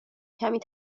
کمی